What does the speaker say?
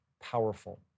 powerful